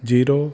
zero